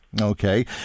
Okay